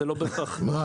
אז זה לא בהכרח --- מה,